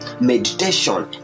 meditation